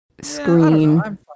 screen